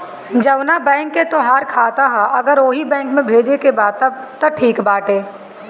जवना बैंक के तोहार खाता ह अगर ओही बैंक में भेजे के बा तब त ठीक बाटे